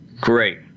great